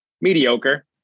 mediocre